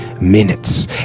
minutes